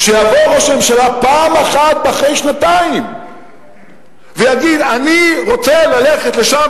שיבוא ראש הממשלה פעם אחת אחרי שנתיים ויגיד: אני רוצה ללכת לשם,